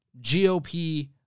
gop